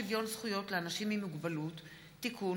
חוק שוויון זכויות לאנשים עם מוגבלות (תיקון,